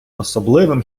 особливим